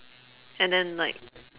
and then like